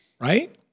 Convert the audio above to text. right